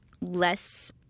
less